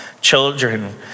Children